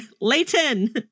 Leighton